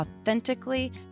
authentically